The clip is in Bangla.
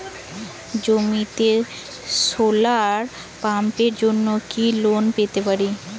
জমিতে সোলার পাম্পের জন্য কি লোন পেতে পারি?